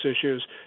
issues –